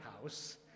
house